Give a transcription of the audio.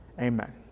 Amen